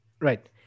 Right